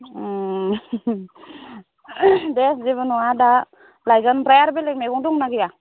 दे जेबो नङा दा लायगोन ओमफ्राय आरो बेलेग मैगं दंना गैया